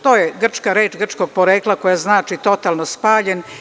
To je grčka reč, grčkog porekla, koja znači „totalno spaljen“